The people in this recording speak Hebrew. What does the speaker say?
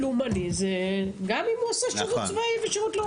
לאומני גם אם הוא עשה שירות לאומי ושירות צבאי.